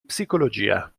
psicologia